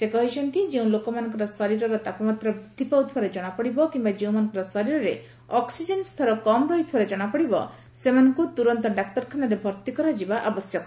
ସେ କହିଛନ୍ତି ଯେଉଁ ଲୋକମାନଙ୍କର ଶରୀରର ତାପମାତ୍ରା ବୃଦ୍ଧି ପାଉଥିବାର ଜଣାପଡ଼ିବ କିମ୍ବା ଯେଉଁମାନଙ୍କର ଶରୀରରେ ଅକ୍ସିଜେନ୍ ସ୍ତର କମ୍ ରହିଥିବାର ଜଣାପଡ଼ିବ ସେମାନଙ୍କୁ ତୁରନ୍ତର ଡାକ୍ତରଖାନାରେ ଭର୍ତ୍ତି କରାଯିବା ଆବଶ୍ୟକ